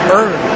earn